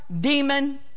demon